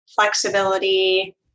flexibility